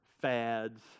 fads